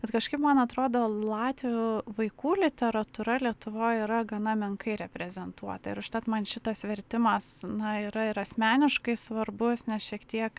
bet kažkaip man atrodo latvių vaikų literatūra lietuvoj yra gana menkai reprezentuota ir užtat man šitas vertimas na yra ir asmeniškai svarbus nes šiek tiek